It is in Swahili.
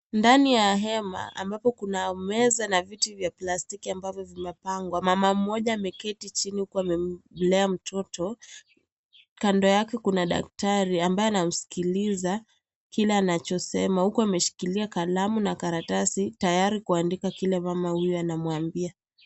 Ndani ya hema ambapo kuna meza na viti vya plastiki ambavyo vimepangwa, mama mmoja ameketi chini huku amelea mtoto kando yake kuna daktari ambaye anamsikiliza kile anachosema huku ameshikilia kalamu na karatasi tayari kuandika kile huyu mama anamwambia.